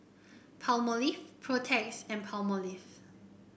Palmolive Protex and Palmolive